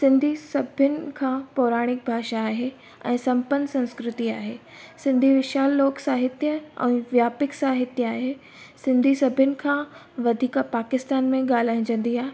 सिंधी सभिनि खां पुराणी भाषा आहे ऐं संपन्न संस्कृति आहे सिंधी विशाल लोक साहित्य ऐं व्यापक साहित्य आहे सिंधी सभिनि खां वधीक पाकिस्तान में ॻाल्हाएजंदी आहे